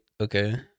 Okay